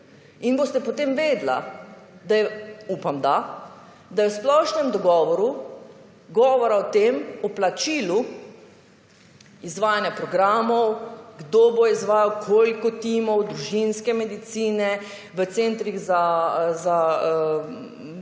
in boste potem vedela, da je, upam da, da je v splošnem dogovoru govora o tem, o plačilu izvajanja programov, kdo bo izvajal, koliko timov družinske medicine v centrih za…,